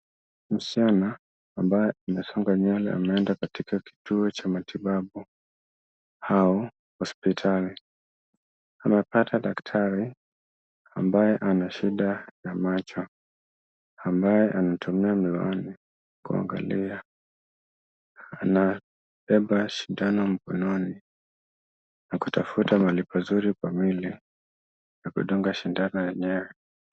Msichana ambaye amesonga nywele ameenda katika kituo cha matibabu au hospitali, amepata daktari ambaye ana shida ya macho, ambaye anatumia miwani kuangalia, anabeba sindano mkononi na kutafuta mahali pazuri pa mwili pa kudunga sindano yenyewe.